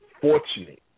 fortunate